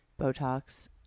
Botox